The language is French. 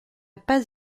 pas